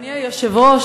אדוני היושב-ראש,